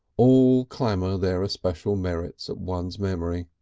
all clamour their especial merits at one's memory.